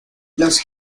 los